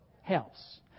Helps